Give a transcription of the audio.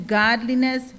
godliness